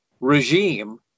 regime